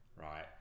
right